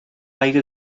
aigua